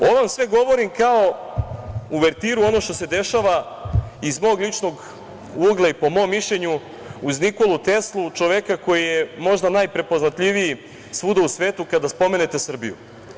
Ovo vam sve govorim kao uvertiru onoga što se dešava iz mog ličnog ugla i po mom mišljenju, uz Nikolu Teslu, čoveka koji je možda najprepoznatljiviji svuda u svetu kada spomenete Srbiju.